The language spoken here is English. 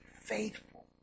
faithful